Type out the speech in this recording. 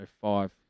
five